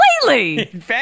completely